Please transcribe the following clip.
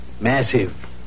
Massive